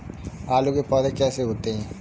आलू के पौधे कैसे होते हैं?